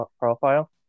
profile